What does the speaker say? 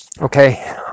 okay